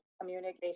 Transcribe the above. communication